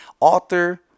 author